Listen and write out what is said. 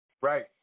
Right